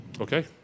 Okay